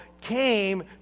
came